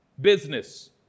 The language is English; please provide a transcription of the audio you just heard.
Business